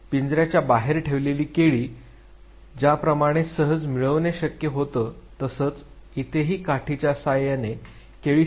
पिंजराच्या बाहेर ठेवलेली केळी ज्या प्रमाणे सहज मिळवणे शक्य होतं तसच इथेही काठीच्या सहाय्याने केळी सहजपणे काढून घेता येऊ शकतात